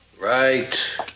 Right